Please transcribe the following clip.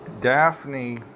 Daphne